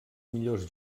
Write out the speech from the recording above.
millors